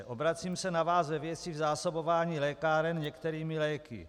Obracím se na vás ve věci zásobování lékáren některými léky.